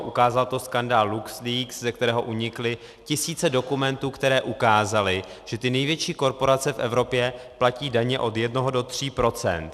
Ukázal to skandál LuxLeaks, ze kterého unikly tisíce dokumentů, které ukázaly, že ty největší korporace v Evropě platí daně od jednoho do tří procent.